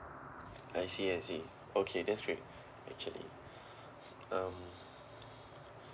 I see I see okay that's great okay um